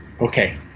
okay